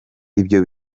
ibyo